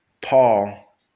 Paul